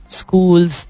schools